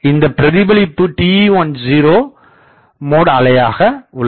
இந்தப் பிரதிபலிப்பு TE10 mode அலையாக உள்ளது